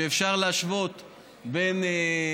שאפשר להשוות בין